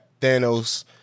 Thanos